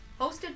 hosted